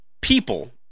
people